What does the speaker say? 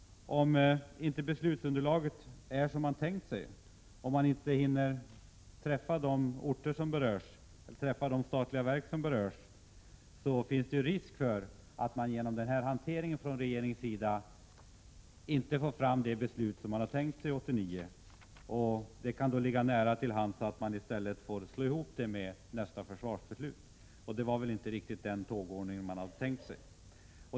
Om beslutsunderlaget inte är sådant som det var tänkt och det inte finns tid att besöka de orter eller de statliga verk som berörs, finns det risk för att regeringens hantering innebär att beslutet inte läggs fram 1989. Det ligger då nära till hands att det i stället får slås ihop med nästa försvarsbeslut, och det var inte riktigt den tågordningen som planerades.